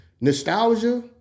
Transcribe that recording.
nostalgia